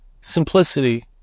simplicity